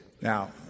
Now